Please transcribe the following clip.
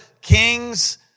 King's